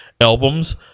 albums